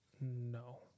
no